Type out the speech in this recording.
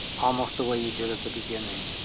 almost the way you did at the beginning,